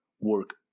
work